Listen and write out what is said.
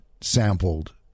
sampled